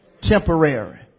temporary